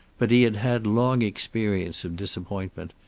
but he had had long experience of disappointment,